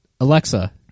Alexa